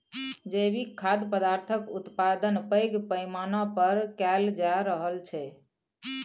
जैविक खाद्य पदार्थक उत्पादन पैघ पैमाना पर कएल जा रहल छै